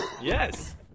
Yes